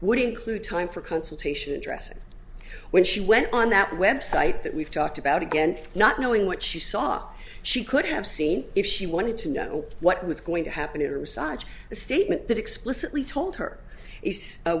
would include time for consultation dressing when she went on that web site that we've talked about again not knowing what she saw she could have seen if she wanted to know what was going to happen either side a statement that explicitly told her it's a